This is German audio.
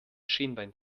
schienbein